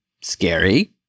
scary